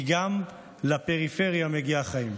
כי גם לפריפריה מגיע החיים.